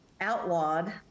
outlawed